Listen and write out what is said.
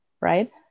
right